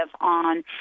on